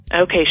Okay